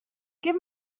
give